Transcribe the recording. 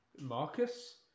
Marcus